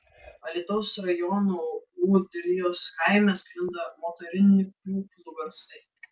alytaus rajono ūdrijos kaime sklinda motorinių pjūklų garsai